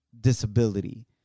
disability